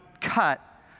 cut